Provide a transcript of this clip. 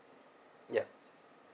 ya